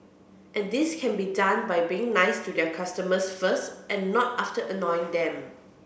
and this can be done by being nice to their customers first and not after annoying them